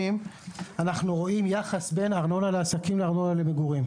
אנחנו רואים חס בין ארנונה לעסקים לארנונה למגורים.